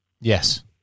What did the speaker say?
Yes